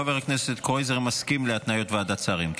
חבר הכנסת קרויזר מסכים להתניות ועדת השרים?